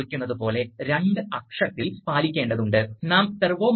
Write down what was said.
ഇതൊരു സാധാരണ നിർമ്മാണമാണെന്ന് നിങ്ങൾക്കറിയാം